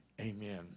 Amen